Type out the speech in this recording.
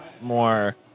more